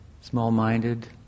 small-minded